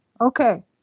Okay